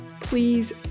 please